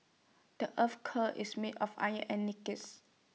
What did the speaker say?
the Earth's core is made of iron and nickels